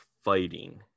fighting